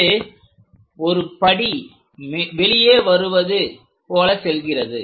இது ஒரு படி வெளியே வருவது போல செல்கிறது